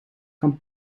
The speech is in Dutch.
kan